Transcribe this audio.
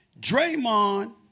Draymond